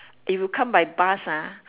if you come by bus ah